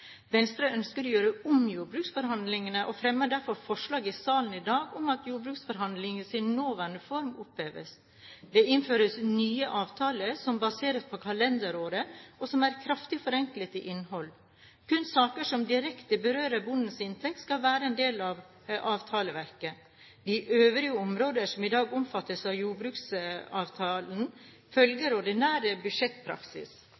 Venstre ønsker å gjøre om jordbruksforhandlingene og fremmer derfor forslag i salen i dag om at jordbruksforhandlingene i sin nåværende form oppheves. Det innføres nye avtaler som baseres på kalenderåret og som er kraftig forenklet i innhold. Kun saker som direkte berører bondens inntekt, skal være en del av avtaleverket. De øvrige områder som i dag omfattes av jordbruksavtalen,